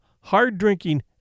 hard-drinking